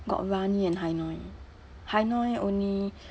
got rani and hai noi hai noi only